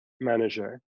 manager